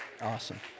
awesome